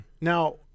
Now